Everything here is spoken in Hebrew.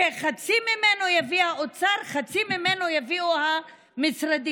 שחצי ממנו יביא האוצר, חצי ממנו יביאו המשרדים.